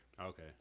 Okay